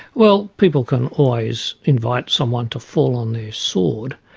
well people can always invite someone to fall on their sword.